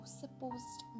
supposed